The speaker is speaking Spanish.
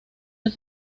del